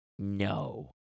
no